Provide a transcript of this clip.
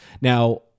Now